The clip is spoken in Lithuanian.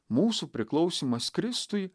mūsų priklausymas kristui